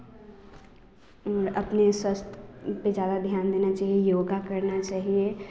अपने स्वास्थ्य पर ज़्यादा ध्यान देना चाहिए योग करना चाहिए